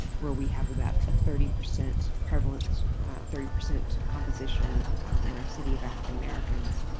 where we have about a thirty percent percent thirty percent composition in our city of african-americans,